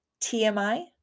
TMI